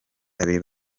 abiri